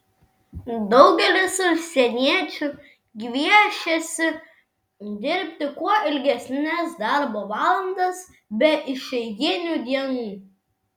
daugelis užsieniečių gviešiasi dirbti kuo ilgesnes darbo valandas be išeiginių dienų